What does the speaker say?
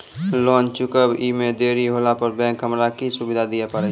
Loan चुकब इ मे देरी होला पर बैंक हमरा की सुविधा दिये पारे छै?